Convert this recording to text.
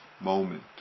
moment